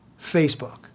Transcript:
Facebook